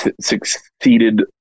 succeeded